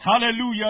Hallelujah